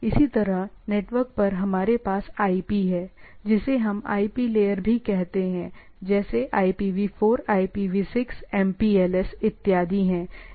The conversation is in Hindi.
इसी तरह नेटवर्क लेयर पर हमारे पास IP है जिसे हम IP लेयर भी कहते हैं जैसे IPV4 IPV6 MPLS इत्यादि हैं